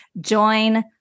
join